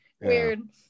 weird